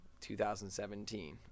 2017